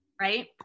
right